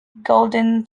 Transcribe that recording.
golden